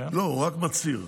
לא, הוא רק מצהיר.